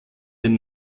den